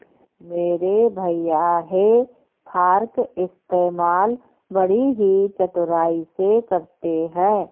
मेरे भैया हे फार्क इस्तेमाल बड़ी ही चतुराई से करते हैं